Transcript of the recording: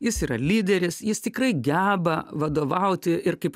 jis yra lyderis jis tikrai geba vadovauti ir kaip